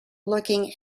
looking